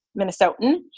Minnesotan